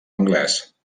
anglès